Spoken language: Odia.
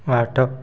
ଆଠ